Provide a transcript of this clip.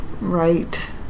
Right